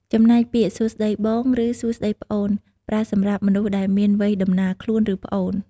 ចំណែកពាក្យ សួស្តីបង ឬសួស្តីប្អូន ប្រើសម្រាប់មនុស្សដែលមានវ័យដំណាលខ្លួន ឬប្អូន។